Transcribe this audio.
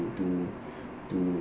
to to